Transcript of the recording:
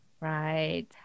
right